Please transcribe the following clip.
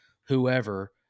whoever